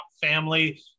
family